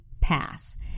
pass